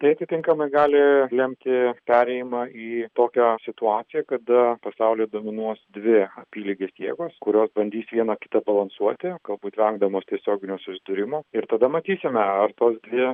tai atitinkamai gali lemti perėjimą į tokią situaciją kada pasauly dominuos dvi apylygės jėgos kurios bandys viena kitą balansuoti galbūt vengdamos tiesioginio susidūrimo ir tada matysime ar tos dvi